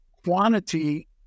quantity